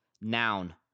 noun